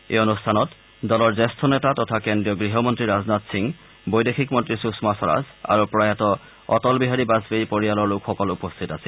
এই অনুষ্ঠানত দলৰ জ্যেষ্ঠ নেতা তথা কেন্দ্ৰীয় গৃহ মন্নী ৰাজনাথ সিং বৈদেশিক মন্ত্ৰী সুষমা স্বৰাজ আৰু প্ৰয়াত অটল বিহাৰী বাজপেয়ীৰ পৰিয়ালৰ লোকসকল উপস্থিত আছিল